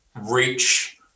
reach